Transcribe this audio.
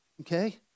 okay